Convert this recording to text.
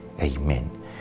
Amen